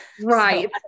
Right